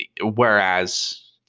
Whereas